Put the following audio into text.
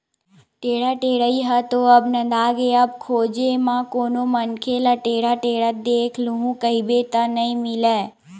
टेंड़ा टेड़ई ह तो अब नंदागे अब खोजे म कोनो मनखे ल टेंड़ा टेंड़त देख लूहूँ कहिबे त नइ मिलय